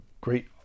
great